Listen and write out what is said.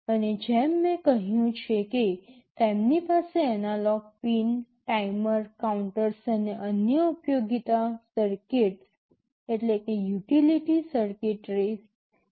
અને જેમ મેં કહ્યું છે કે તેમની પાસે એનાલોગ પિન ટાઈમર કાઉન્ટર્સ અને અન્ય ઉપયોગિતા circuitry analog pins timers counters and other utility circuitry છે